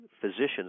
physicians